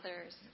others